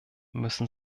müssen